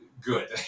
good